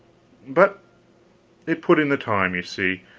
but it put in the time, you see,